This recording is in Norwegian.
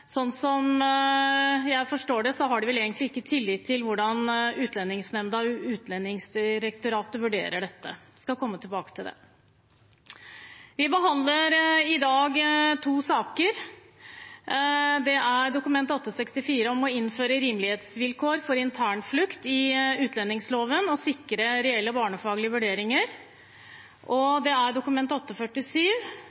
sånn som jeg forstår det, har de vel egentlig ikke tillit til hvordan Utlendingsnemnda og Utlendingsdirektoratet vurderer dette. Jeg skal komme tilbake til det. Vi behandler i dag to saker. Det er Dokument 8:64 LS for 2017–2018, om å innføre rimelighetsvilkår for internflukt i utlendingsloven og sikre reelle barnefaglige vurderinger, og